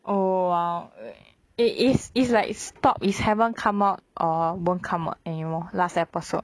oh !wow! it is is like stop is haven't come out or won't come out anymore last episode